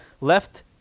left